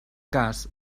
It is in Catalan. cas